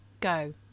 Go